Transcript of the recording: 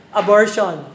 abortion